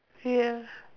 ya